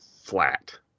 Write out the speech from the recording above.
flat